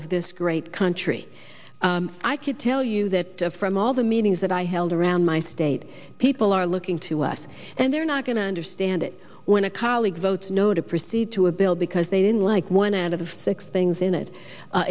of this great country i could tell you that from all the meetings that i held around my state people are looking to us and they're not going to understand it when a colleague votes no to proceed to a bill because they didn't like one out of the fix things in it